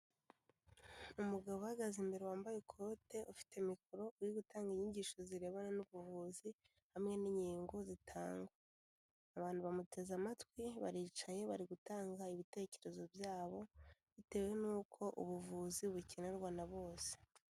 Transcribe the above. Umugabo uhagaze imbere wambaye ikote ufite mikoro uri gutanga inyigisho zirebana n'ubuvuzi hamwe n'inkingo zitangwa, abantu bamuteze amatwi baricaye bari gutanga ibitekerezo byabo bitewe n'uko ubuvuzi bukenerwa na bose.